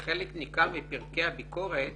ובחלק ניכר מפרקי הביקורת